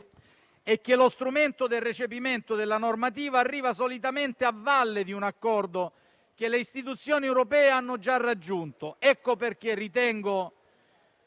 lo strumento del recepimento della normativa arriva solitamente a valle di un accordo che le istituzioni europee hanno già raggiunto. Ecco perché ritengo